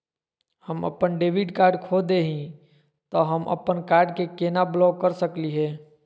हम अपन debit card खो दे ही, त हम अप्पन कार्ड के केना ब्लॉक कर सकली हे?